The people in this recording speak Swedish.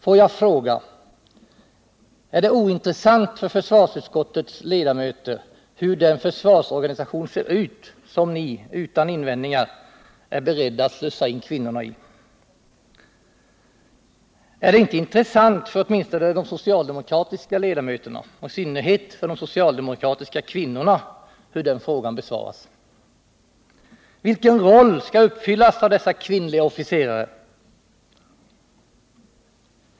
Får jag fråga: Är det ointressant för försvarsutskottets ledamöter hur den försvarsorganisation ser ut som ni, utan invändningar, är beredda att slussa in kvinnorna i? Är det inte intressant för åtminstone de socialdemokratiska ledamöterna, och i synnerhet för de socialdemokratiska kvinnorna, hur den frågan besvaras? Vilken roll skall uppfyllas av dessa kvinnliga officerare?